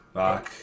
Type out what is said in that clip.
back